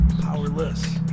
powerless